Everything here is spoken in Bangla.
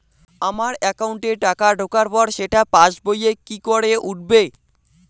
আমার একাউন্টে টাকা ঢোকার পর সেটা পাসবইয়ে কি করে উঠবে?